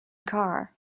car